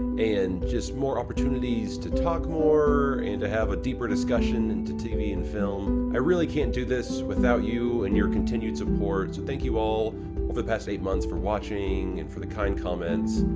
and just more opportunities to talk more, and to have a deeper discussion to tv and film. i really can't do this without you and your continued support, so thank you all over the past eight months for watching and for the kind comments.